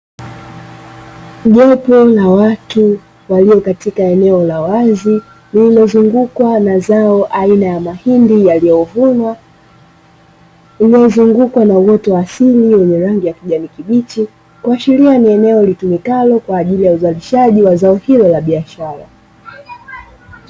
Jopo la watu walio katika eneo la wazi lililozungukwa mazao aina ya mahindi yaliyovunwa, iliyozungukwa na uoto wa asili wenye rangi ya kijani kibichi kuashiria kuwa ni eneo litumikalo kwa ajili ya uzalishaji wa zao hilo la biashara.